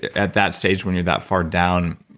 at that stage, when you're that far down,